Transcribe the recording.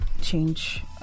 change